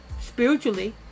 spiritually